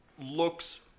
looks